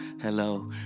Hello